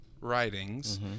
writings